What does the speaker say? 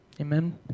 Amen